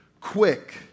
quick